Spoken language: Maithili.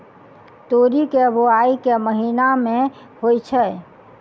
तोरी केँ बोवाई केँ महीना मे होइ छैय?